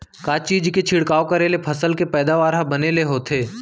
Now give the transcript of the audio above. का चीज के छिड़काव करें ले फसल के पैदावार ह बने ले होथे?